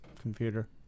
computer